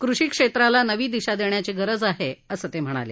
कृषिक्षेत्राला नवी दिशा देण्याची गरज आहे असं ते म्हणाले